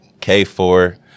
K4